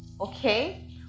Okay